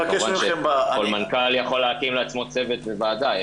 כמובן שכל מנכ"ל יכול להקים לעצמו צוות וועדה,